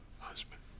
Husband